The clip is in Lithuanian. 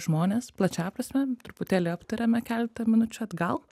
žmonės plačiąja prasme truputėlį aptarėme keletą minučių atgal